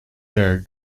their